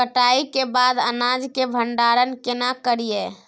कटाई के बाद अनाज के भंडारण केना करियै?